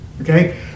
Okay